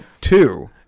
two